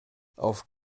auf